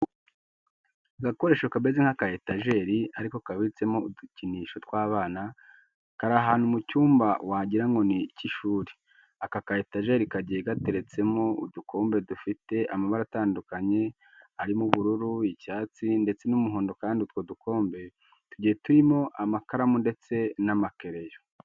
Agakoresho kameze nk'aka etajeri ariko kabitsemo udukinisho tw'abana, kari ahantu mu cyumba wagira ngo ni icy'ishuri. Aka ka etajeri kagiye gateretsemo udukombe dufite amabara atandukanye arimo ubururu, icyatsi ndetse n'umuhondo kandi utwo dukombe tugiye turimo amakaramu ndetse n'amakereyo.